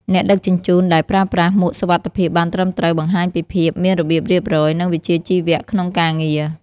អ្នកដឹកជញ្ជូនដែលប្រើប្រាស់មួកសុវត្ថិភាពបានត្រឹមត្រូវបង្ហាញពីភាពមានរបៀបរៀបរយ និងវិជ្ជាជីវៈក្នុងការងារ។